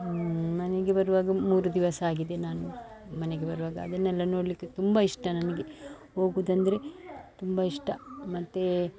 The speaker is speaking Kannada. ಮನೆಗೆ ಬರುವಾಗ ಮೂರು ದಿವಸ ಆಗಿದೆ ನಾನು ಮನೆಗೆ ಬರುವಾಗ ಅದನ್ನೆಲ್ಲ ನೋಡಲಿಕ್ಕೆ ತುಂಬ ಇಷ್ಟ ನನಗೆ ಹೋಗುದಂದ್ರೆ ತುಂಬ ಇಷ್ಟ ಮತ್ತು